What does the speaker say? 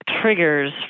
triggers